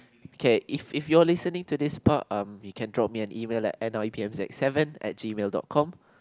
K if if you are listening to this part um you can drop me an email at n_i_p_m_z seven at gmail dot com